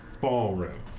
ballroom